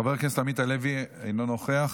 חבר הכנסת עמית הלוי, אינו נוכח.